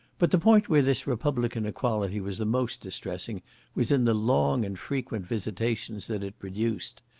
but the point where this republican equality was the most distressing was in the long and frequent visitations that it produced.